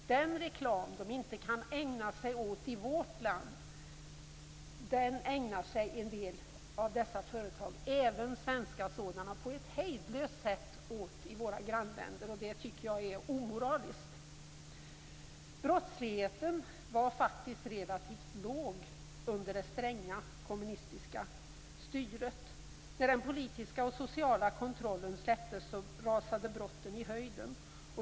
Den reklam som de inte kan ägna sig åt i vårt land ägnar sig en del av dessa företag åt på ett hejdlöst sätt i våra grannländer. Det är omoraliskt. Brottsligheten var faktiskt relativt låg under det stränga kommunistiska styret. När den politiska och sociala kontrollen släppte rusade antalet brott i höjden.